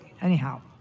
anyhow